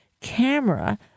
camera